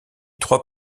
trois